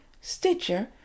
Stitcher